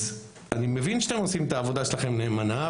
אז אני מבין שאתם עושים את העבודה שלכם נאמנה,